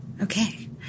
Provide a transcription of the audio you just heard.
Okay